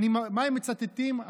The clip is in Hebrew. מה הם מצטטים?